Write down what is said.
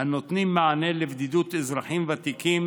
הנותנות מענה לבדידות אזרחים ותיקים